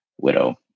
widow